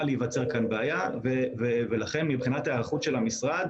להיווצר כאן בעיה ולכן מבחינת היערכות המשרד